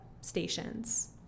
stations